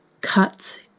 cuts